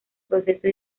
proceso